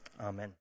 Amen